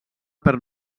per